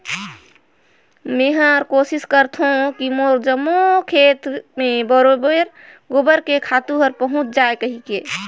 मेहर कोसिस करथों की मोर जम्मो खेत मे बरोबेर गोबर के खातू हर पहुँच जाय कहिके